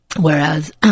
Whereas